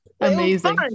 Amazing